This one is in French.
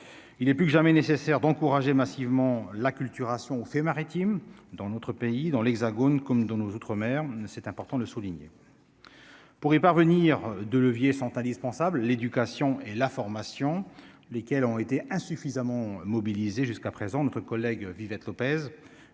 il est plus que jamais nécessaire d'encourager massivement l'acculturation fait maritime dans notre pays dans l'Hexagone comme dans nos outre-mer, c'est important de le souligner, pour y parvenir, 2 leviers sont indispensables : l'éducation et la formation, lesquels ont été insuffisamment mobilisés jusqu'à présent, notre collègue vive être Lopez